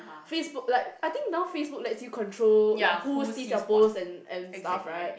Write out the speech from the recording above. Facebook like I think now Facebook let's you control like who sees your post and stuffs right